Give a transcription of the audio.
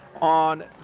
on